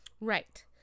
right